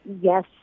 yes